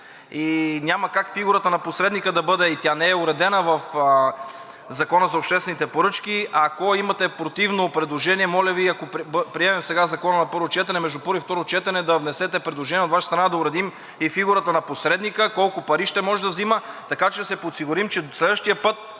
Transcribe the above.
и няма как фигурата на посредника да бъде – и тя не е уредена в Закона за обществените поръчки. Ако имате противно предложение, моля Ви, ако приемем сега Закона на първо четене, между първо и второ четене да внесете предложение от Ваша страна да уредим и фигурата на посредника – колко пари ще може да взима, така че да се подсигурим, че следващия път,